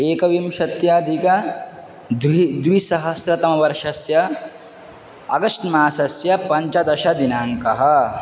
एकविंशत्यधिक द्वि द्विसहस्रतमवर्षस्य अगस्ट् मासस्य पञ्चदशदिनाङ्कः